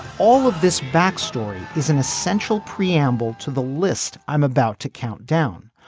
all of this backstory is an essential preamble to the list i'm about to count down.